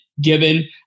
Given